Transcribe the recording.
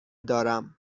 دارم